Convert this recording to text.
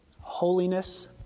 holiness